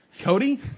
Cody